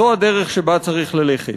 זו הדרך שבה צריך ללכת.